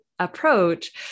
Approach